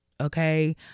okay